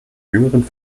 jüngeren